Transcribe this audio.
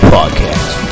Podcast